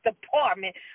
department